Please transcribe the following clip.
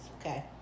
Okay